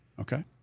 Okay